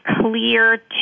clear